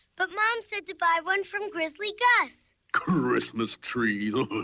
but mom said to buy one from grizzly gus! christmas trees?